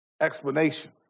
explanation